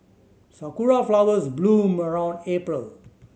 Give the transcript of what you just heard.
sakura flowers bloom around April